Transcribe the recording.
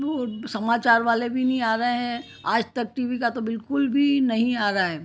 ओ समाचार वाले भी नी आ रहे हैं आजतक टी वी का तो बिल्कुल भी नहीं आ रहा है